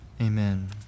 amen